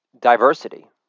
diversity